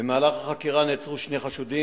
במהלך החקירה נעצרו שני חשודים.